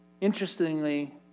Interestingly